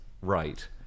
right